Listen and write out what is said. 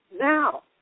Now